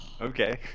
Okay